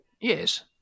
Yes